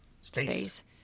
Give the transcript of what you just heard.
space